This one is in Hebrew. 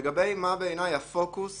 לגבי מה בעיניי הפוקוס